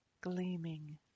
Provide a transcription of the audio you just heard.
gleaming